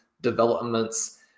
developments